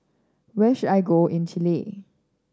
where should I go in Chile